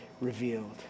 revealed